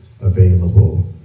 available